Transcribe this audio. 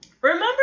Remember